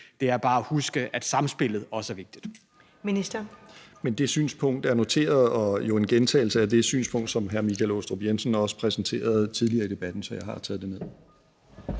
Kl. 19:36 Justitsministeren (Nick Hækkerup): Det synspunkt er noteret og er jo en gentagelse af det synspunkt, som hr. Michael Aastrup Jensen også præsenterede tidligere i debatten – så jeg har taget det ned.